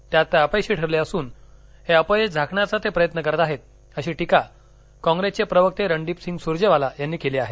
त्यात ते अपयशी ठरले असून हे अपयश झाकण्याचा ते प्रयत्न करत आहेत अशी टीका काँग्रेसचे प्रवक्ते रणदीप सिंग सुरजेवाला यांनी केली आहे